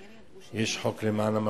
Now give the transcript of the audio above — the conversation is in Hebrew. יש חוק למען החרדים,